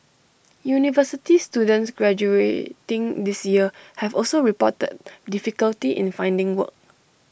university students graduating this year have also reported difficulty in finding work